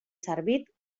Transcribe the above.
servit